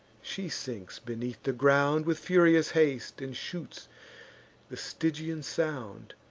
she sinks beneath the ground, with furious haste, and shoots the stygian sound,